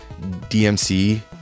DMC